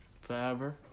Forever